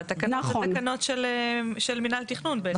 אבל התקנות הן של מינהל תכנון בעצם.